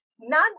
none